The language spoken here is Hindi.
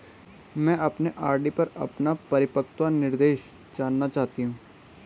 मैं अपने आर.डी पर अपना परिपक्वता निर्देश जानना चाहती हूँ